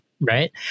right